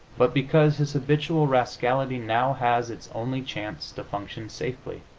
but because his habitual rascality now has its only chance to function safely.